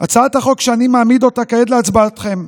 הצעת החוק שאני מעמיד כעת להצבעתכם,